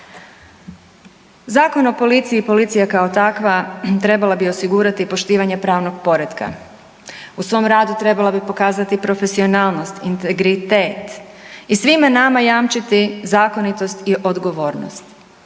Zakon o policiji i policija kao takva trebala bi osigurati poštivanje pravnog poretka. U svom radu trebala bi pokazati profesionalnost, integritet i svima nama jamčiti zakonitost i odgovornost.